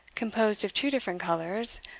composed of two different colours,